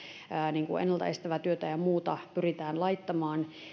ennalta estävää työtä ja muuta pyritään laittamaan